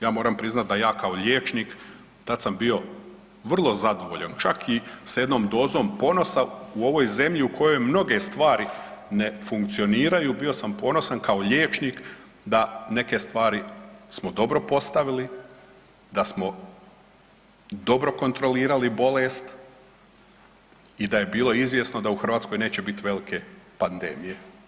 Ja moram priznati da ja kao liječnik tad sam bio vrlo zadovoljan čak i s jednom dozom ponosa u ovoj zemlji u kojoj mnoge stvari ne funkcioniraju, bio sam ponosan kao liječnik da neke stvari smo dobro postavili, da smo dobro kontrolirali bolest i da je bilo izvjesno da u Hrvatskoj neće biti velike pandemije.